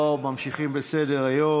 בואו, ממשיכים בסדר-היום.